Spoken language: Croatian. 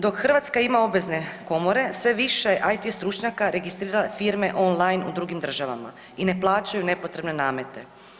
Dok Hrvatska ima obvezne komore sve više IT stručnjaka registrira firme online u drugim državama i ne plaćaju nepotrebne namete.